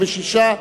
66),